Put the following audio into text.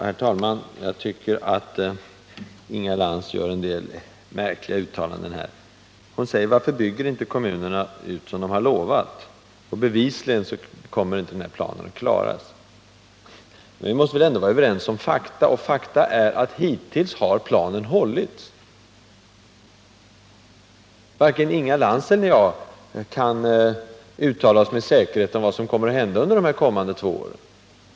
Herr talman! Inga Lantz gör en del märkliga uttalanden. Hon frågar varför kommunerna inte bygger ut daghemmen som de har lovat, och hon påstår att planen bevisligen inte kommer att hållas. Vi borde väl ändå kunna vara överens om fakta. Fakta är att hittills har planen hållits. Varken Inga Lantz eller jag vet säkert vad som kommer att hända under de kommande två åren.